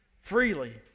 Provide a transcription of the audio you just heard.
freely